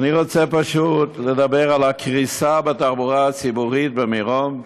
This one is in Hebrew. אני רוצה פשוט לדבר על הקריסה בתחבורה הציבורית במירון,